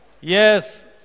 Yes